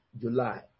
July